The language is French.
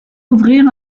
ouvrir